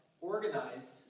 organized